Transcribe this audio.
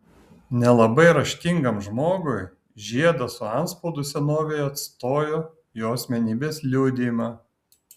nelabai raštingam žmogui žiedas su antspaudu senovėje atstojo jo asmenybės liudijimą